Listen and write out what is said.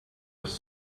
was